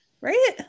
Right